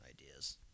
ideas